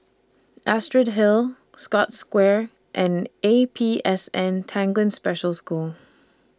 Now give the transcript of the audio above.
Astrid Hill Scotts Square and A P S N Tanglin Special School